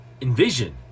envision